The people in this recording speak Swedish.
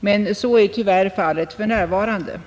men så är tyvärr fallet för närvarande.